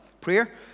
Prayer